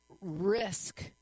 risk